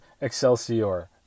Excelsior